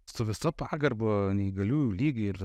su visa pagarba neįgaliųjų lygai ir